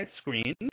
screen